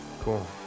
Cool